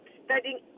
studying